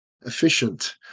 efficient